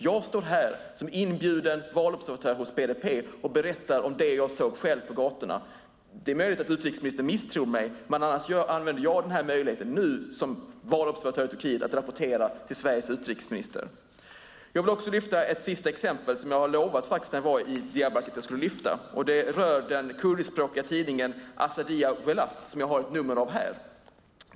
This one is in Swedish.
Jag står här som inbjuden valobservatör hos BDP och berättar om det som jag såg själv på gatorna. Det är möjligt att utrikesministern misstror mig, annars använder jag denna möjlighet nu som valobservatör i Turkiet att rapportera till Sveriges utrikesminister. Jag vill också lyfta fram ett sista exempel som jag när jag var i Diyarbakir lovade att jag skulle lyfta fram. Det rör den kurdiskspråkiga tidningen Azadiya Welat som jag har ett nummer av här.